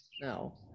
no